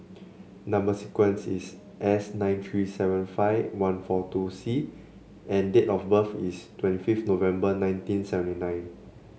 number sequence is S nine three seven five one four two C and date of birth is twenty fifth November nineteen seventy nine